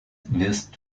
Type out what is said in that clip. wirst